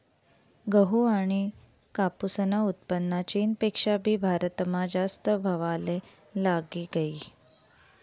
गहू आनी कापूसनं उत्पन्न चीनपेक्षा भी भारतमा जास्त व्हवाले लागी गयी